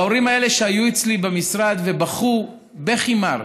ההורים האלה היו אצלי במשרד ובכו בכי מר,